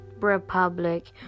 Republic